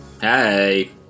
Hey